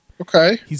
Okay